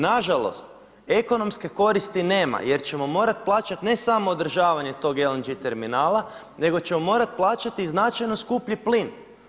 Nažalost, ekonomske koristi nema jer ćemo morati plaćati ne samo održavanje tog LNG terminala nego ćemo morati plaćati značajno skuplji plin.